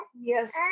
yes